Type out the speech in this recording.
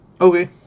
Okay